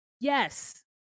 Yes